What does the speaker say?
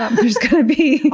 there's going to be,